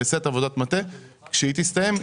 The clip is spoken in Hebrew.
נעשית עבודת מטה וכשהיא תסתיים,